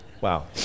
Wow